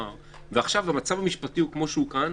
עכשיו המצב המשפטי כמו שהוא כאן,